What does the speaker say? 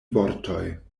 vortoj